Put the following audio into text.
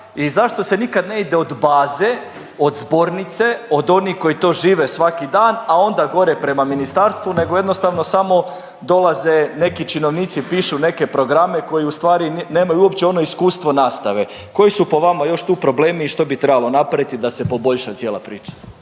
i zašto se nikad ne ide od baze, od spornice, od onih koji to žive svaki dan, a onda gore prema ministarstvu nego jednostavno samo dolaze neki činovnici, pišu neke programe koji ustvari nemaju uopće ono iskustvo nastave. Koji su po vama još tu problemi i što bi trebalo napraviti da se poboljša cijela priča?